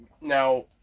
Now